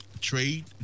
Trade